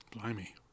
Blimey